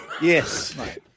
Yes